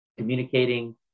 communicating